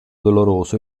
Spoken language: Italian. doloroso